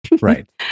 right